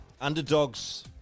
Underdogs